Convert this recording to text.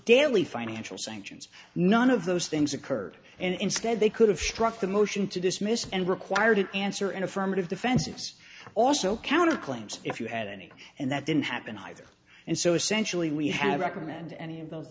daily financial sanctions none of those things occurred and instead they could have struck the motion to dismiss and require to answer an affirmative defenses also counterclaims if you had any and that didn't happen either and so essentially we have recommend any of those